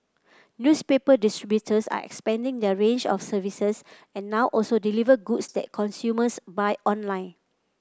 newspaper distributors are expanding their range of services and now also deliver goods that consumers buy online